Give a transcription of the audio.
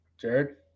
Jared